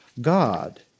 God